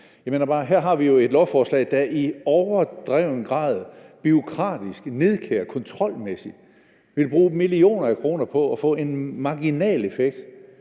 her har et lovforslag, der i overdrevet grad bureaukratisk, nidkært og kontrolmæssigt vil bruge millioner af kroner på at opnå en marginal effekt,